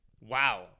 Wow